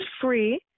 free